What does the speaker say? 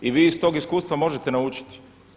I vi iz tog iskustva možete naučiti.